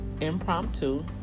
impromptu